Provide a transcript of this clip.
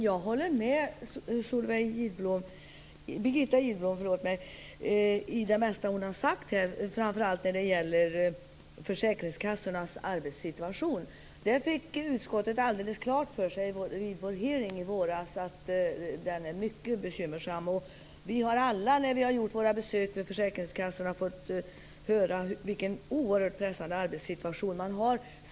Herr talman! Jag håller med Birgitta Gidblom i det mesta hon här har sagt, framför allt när det gäller försäkringskassornas arbetssituation. Vi fick i utskottet alldeles klart för oss vid vår hearing i våras att den är mycket bekymmersam. Vi har alla när vi gjort våra besök vid försäkringskassorna fått höra vilken oerhört pressad arbetssituation man har.